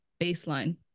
baseline